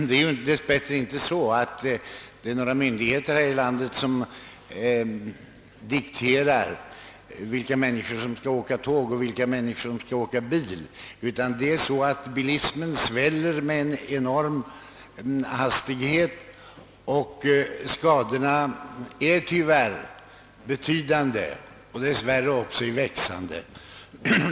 Det är dess bättre inte så att myndigheterna i vårt land dikterar vilka människor som skall åka tåg och vilka som skall åka bil, utan bilismen sväller med enorm hastighet och skadorna är tyvärr betydande och dess värre i växande.